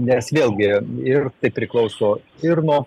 nes vėlgi ir tai priklauso ir nuo